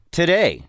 today